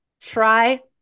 Try